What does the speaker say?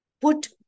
put